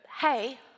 hey